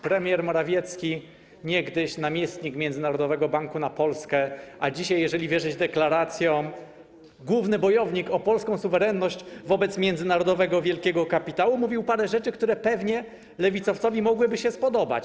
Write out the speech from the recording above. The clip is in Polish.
Premier Morawiecki, niegdyś namiestnik międzynarodowego banku na Polskę, a dzisiaj, jeżeli wierzyć deklaracjom, główny bojownik o polską suwerenność wobec międzynarodowego wielkiego kapitału, mówił parę rzeczy, które pewnie lewicowcowi mogłyby się spodobać.